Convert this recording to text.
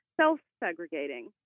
self-segregating